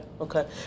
okay